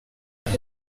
ngo